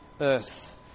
earth